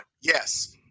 Yes